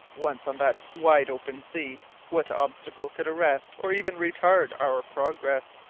once on that wide open sea what obstacle could arrest or even retard our progress?